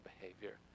behavior